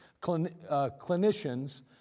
clinicians